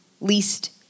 least